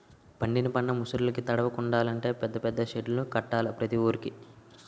పండిన పంట ముసుర్లుకి తడవకుండలంటే పెద్ద పెద్ద సెడ్డులు కట్టాల ప్రతి వూరికి